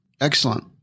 excellent